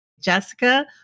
Jessica